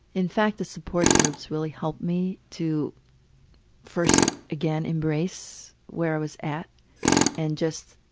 in fact, the support groups really helped me to first, again, embrace where i was at and just